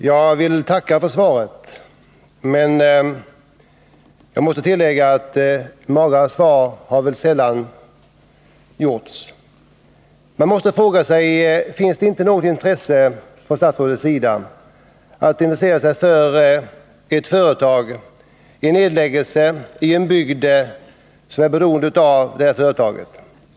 Herr talman! Jag vill tacka för svaret. Men jag måste tillägga att magrare svar väl sällan avgivits. Man måste fråga sig: Har inte statsrådet något intresse för ett företag som hotas av nedläggelse och som ligger i en bygd som är beroende av företaget?